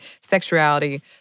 sexuality